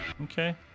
Okay